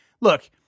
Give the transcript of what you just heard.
look